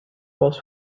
was